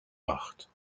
macht